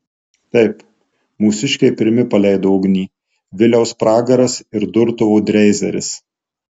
taip mūsiškiai pirmi paleido ugnį viliaus pragaras ir durtuvo dreizeris